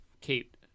Kate